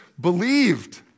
believed